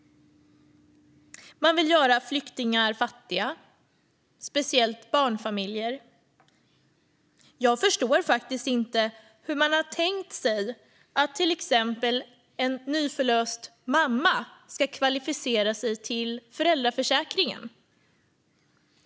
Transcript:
Man vill göra flyktingar fattiga, speciellt barnfamiljer. Jag förstår faktiskt inte hur man har tänkt sig att till exempel en nyförlöst mamma ska kvalificera sig för föräldraförsäkringen.